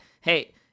hey